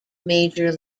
major